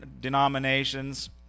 denominations